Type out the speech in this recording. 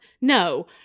No